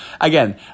Again